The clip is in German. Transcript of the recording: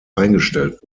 eingestellt